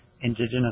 indigenous